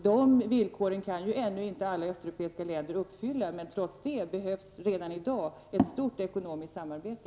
De villkoren kan ju ännu inte alla östeuropeiska länder uppfylla. Men trots det behövs redan i dag ett stort ekonomiskt samarbete.